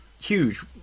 huge